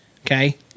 okay